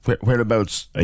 Whereabouts